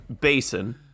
basin